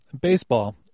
Baseball